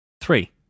Three